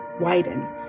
widen